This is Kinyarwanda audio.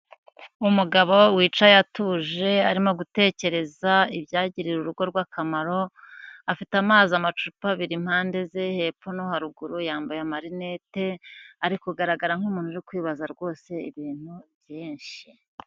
Umugabo wicaye atuje arimo gutekereza ibyagirira urugo rwe akamaro, afite amazi amacupa abiri impande ze hepfo no haruguru yambaye amarinete, ari kugaragara nk'umuntu uri kwibaza rwose ibintu byinshi.